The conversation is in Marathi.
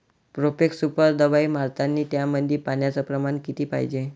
प्रोफेक्स सुपर दवाई मारतानी त्यामंदी पान्याचं प्रमाण किती पायजे?